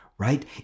right